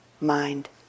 mind